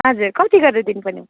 हजुर कति गरेर दिनु पर्ने